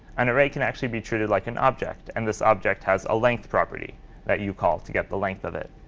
an array can actually be treated like an object, and this object has a length property that you call to get the length of it.